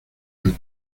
del